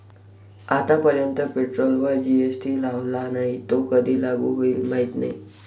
आतापर्यंत पेट्रोलवर जी.एस.टी लावला नाही, तो कधी लागू होईल माहीत नाही